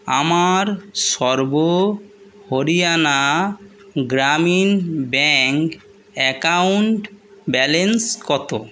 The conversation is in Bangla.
আমার Sarva Haryana Gramin bank account balance কত